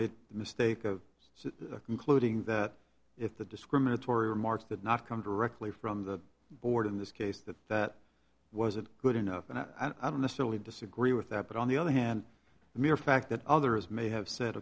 the mistake of concluding that if the discriminatory remarks that not come directly from the board in this case that that wasn't good enough i don't necessarily disagree with that but on the other hand the mere fact that others may have said